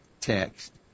text